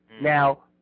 Now